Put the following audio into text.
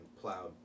plowed